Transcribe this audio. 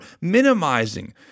minimizing